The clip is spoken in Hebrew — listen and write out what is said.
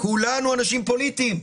כולנו אנשים פוליטיים,